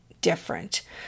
different